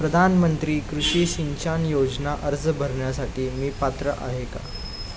प्रधानमंत्री कृषी सिंचन योजना अर्ज भरण्यासाठी मी पात्र आहे का?